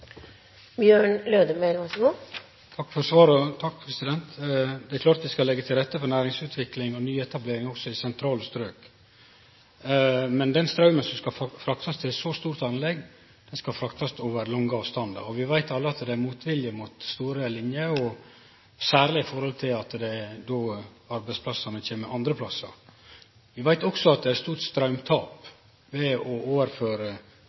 Takk for svaret. Det er klart vi skal leggje til rette for næringsutvikling og nyetablering også i sentrale strøk. Men den straumen som skal fraktast til eit så stort anlegg, skal fraktast over lange avstandar, og vi veit alle at det er motvilje mot store linjer, særleg fordi arbeidsplassane kjem andre stader. Vi veit også at det er eit stort straumtap ved å overføre